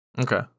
Okay